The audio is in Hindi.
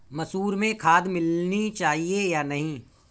मसूर में खाद मिलनी चाहिए या नहीं?